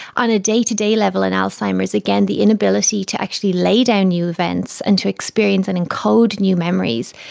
on a day-to-day level in alzheimer's, again the inability to actually lay down new events and to experience and encode new memories,